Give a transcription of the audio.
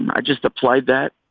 i just applied that,